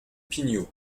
pigno